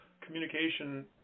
communication